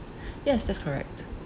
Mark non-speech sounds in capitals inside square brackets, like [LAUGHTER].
[BREATH] yes that's correct